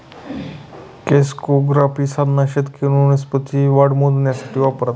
crescograph साधन शेतकरी वनस्पतींची वाढ मोजण्यासाठी वापरतात